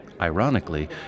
Ironically